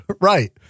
Right